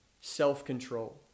self-control